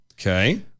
Okay